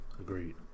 Agreed